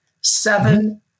seven